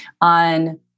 on